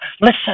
listen